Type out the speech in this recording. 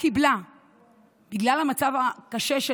ובגלל המצב הקשה של